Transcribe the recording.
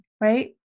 right